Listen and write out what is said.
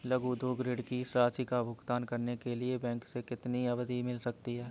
लघु उद्योग ऋण की राशि का भुगतान करने के लिए बैंक से कितनी अवधि मिल सकती है?